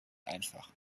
einfach